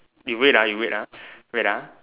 you wait ah you wait ah wait ah